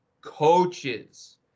coaches